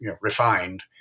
refined